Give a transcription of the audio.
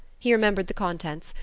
he remembered the contents,